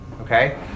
okay